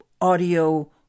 audio